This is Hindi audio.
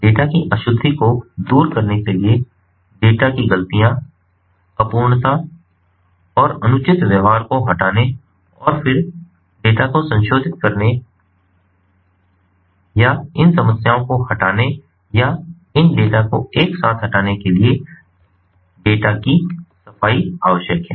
डेटा की अशुद्धि को दूर करने के लिए डेटा की गलतियाँ अपूर्णता और अनुचित व्यवहार को हटाने और फिर डेटा को संशोधित करने या इन समस्याओं को हटाने या इन डेटा को एक साथ हटाने के लिए डेटा की डेटा सफाई आवश्यक है